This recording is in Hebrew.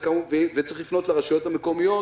וצריך לפנות לרשויות המקומיות